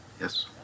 yes